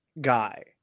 guy